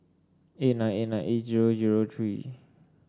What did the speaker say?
eight nine eight nine eight zero zero three